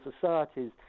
societies